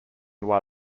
why